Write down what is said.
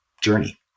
journey